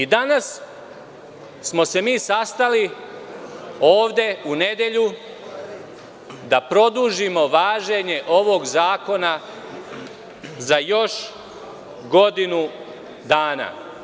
Danas smo se mi sastali ovde, u nedelju, da produžimo važenje ovog zakona za još godinu dana.